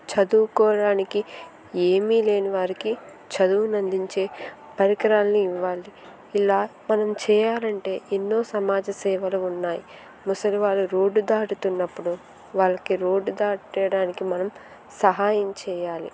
చదువుకోడానికి ఏమీ లేని వారికి చదువునందించే పరికరాలను ఇవ్వాలి ఇలా మనం చేయాలంటే ఎన్నో సమాజ సేవలు ఉన్నాయి ముసలివారు రోడ్డు దాటుతున్నప్పుడు వాళ్లకి రోడ్డు దాటేయడానికి మనం సహాయం చేయాలి